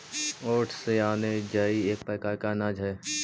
oats यानि जई एक विशेष प्रकार के अनाज हइ